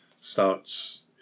starts